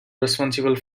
responsible